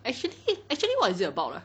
actually actually what is it about ah